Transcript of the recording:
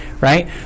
right